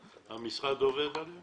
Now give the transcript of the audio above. המשרד עובד עליהם?